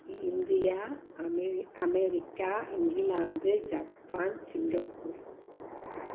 India America இங்கிலாந்து Japan Singapore